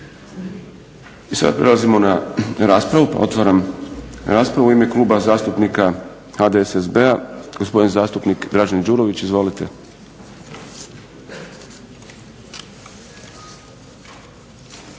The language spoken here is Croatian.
I sad prelazimo na raspravu, pa otvaram raspravu. U ime Kluba zastupnika HDSSB-a, gospodin zastupnik Dražen Đurović. Izvolite.